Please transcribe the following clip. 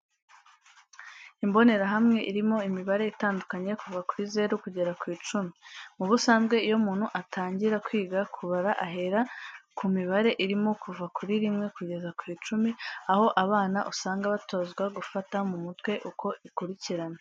Imbonerahamwe irimo imibare itanduaknye kuva kuri zero kugeza ku icumi. Mu busanzwe iyo umuntu atangira kwiga kubara ahera ku mibare irimo kuva kuri rimwe kugeza ku icumi, aho abana usanga batozwa gufata mu mutwe uko ikurikirana.